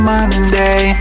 Monday